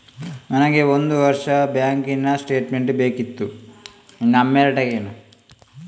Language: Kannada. ನನಗೆ ಒಂದು ವರ್ಷದ ಬ್ಯಾಂಕ್ ಸ್ಟೇಟ್ಮೆಂಟ್ ಬೇಕಿತ್ತು